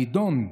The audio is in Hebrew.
הנדון: